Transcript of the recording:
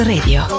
Radio